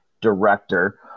director